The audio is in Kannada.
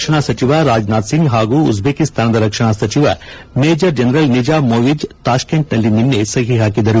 ರಕ್ಷಣಾ ಸಚಿವ ರಾಜನಾಥ್ಸಿಂಗ್ ಹಾಗೂ ಉಜ್ಲೇಕಿಸ್ತಾನದ ರಕ್ಷಣಾ ಸಚಿವ ಮೇಜರ್ ಜನರಲ್ ನಿಜಾಮೋವಿಜ್ ತಾಷ್ಕೆಂಟ್ನಲ್ಲಿ ನಿನ್ನೆ ಸಹಿ ಹಾಕಿದರು